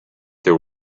there